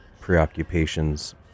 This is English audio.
Preoccupations